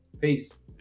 Peace